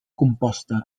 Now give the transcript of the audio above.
composta